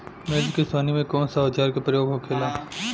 मिर्च के सोहनी में कौन सा औजार के प्रयोग होखेला?